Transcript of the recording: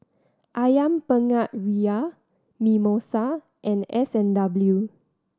Ayam Penyet Ria Mimosa and S and W